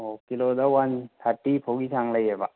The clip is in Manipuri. ꯑꯣ ꯀꯤꯂꯣꯗ ꯋꯥꯟ ꯊꯥꯔꯇꯤ ꯐꯥꯎꯒꯤ ꯆꯥꯡ ꯂꯩꯌꯦꯕ